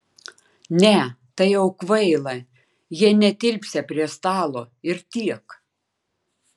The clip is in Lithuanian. ne tai jau kvaila jie netilpsią prie stalo ir tiek